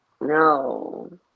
No